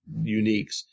uniques